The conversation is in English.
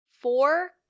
four